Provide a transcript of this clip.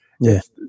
Yes